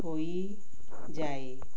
ହୋଇଯାଏ